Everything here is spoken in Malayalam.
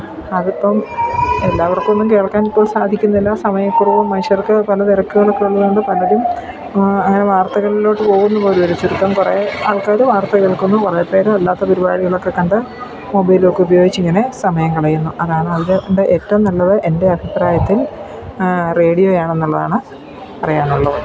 അതിപ്പം എല്ലാവർക്കൊന്നും കേൾക്കാൻ ഇപ്പോൾ സാധിക്കുന്നില്ല സമയക്കുറവും മുനുഷ്യർക്ക് പല തിരക്കുകളൊക്കെ ഉള്ളതുകൊണ്ട് പലരും അങ്ങനെ വാർത്തകളിലോട്ട് പോകുന്നുപോലുമില്ല ചുരുക്കം കുറേ ആൾക്കാർ വാർത്ത കേൾക്കുന്നു കുറേപേർ അല്ലാത്ത പരിപാടികളൊക്കെ കണ്ട് മൊബൈലൊക്കെ ഉപയോഗിച്ച് ഇങ്ങനെ സമയം കളയുന്നു അതാണ് അതിൻ്റെ ഏറ്റവും നല്ലത് എൻ്റെ അഭിപ്രായത്തിൽ റേഡിയോ ആണെന്നുള്ളതാണ് പറയാനുള്ളത്